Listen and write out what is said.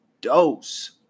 dose